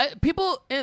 people